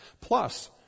Plus